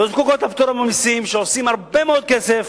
שלא זקוקות לפטור ממסים, שעושות הרבה מאוד כסף